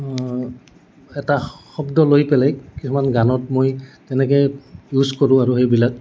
এটা শব্দ লৈ পেলাই কিছুমান গানত মই তেনেকে ইউজ কৰোঁ আৰু সেইবিলাক